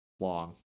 long